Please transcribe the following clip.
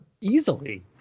Easily